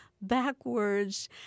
backwards